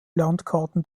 landkarten